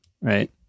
right